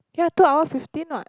ya two hour fifteen what